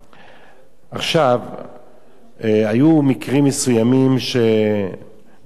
היו מקרים מסוימים שגזרו גזרי-דין מוות,